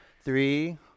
Three